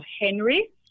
Henry